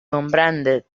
comprende